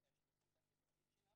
מעבודתו, מהשליחות החינוכית שלנו.